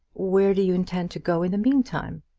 where do you intend to go in the meantime?